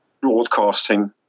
broadcasting